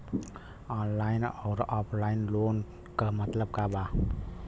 Online अउर offline loan क मतलब का बा?